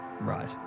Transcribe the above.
Right